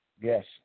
Yes